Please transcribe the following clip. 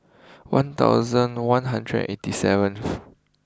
one thousand one hundred eighty seventh